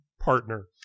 partner